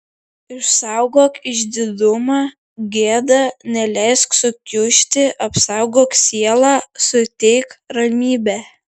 išsaugok išdidumą gėdą neleisk sukiužti apsaugok sielą suteik ramybę